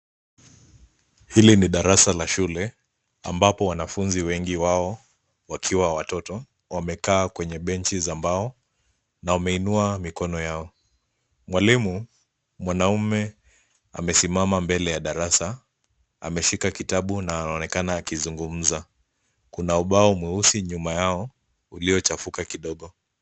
Hili ni darasa la shule, ambapo wanafunzi wengi wao wakiwa watoto, wamekaa kwenye benchi za mbao na wameinua mikono yao. Mwalimu, mwanamume amesimama mbele ya darasa, ameshika kitabu na anaonekana akizungumza. Kuna ubao mweusi nyuma yao, uliochafuka kidogo.